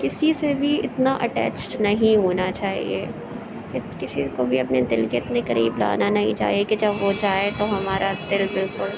کسی سے بھی اتنا اٹیچ نہیں ہونا چاہیے کسی کو بھی اپنے دل کے اتنے قریب لانا نہیں چاہیے کہ جب وہ جائے تو ہمارا دل بالکل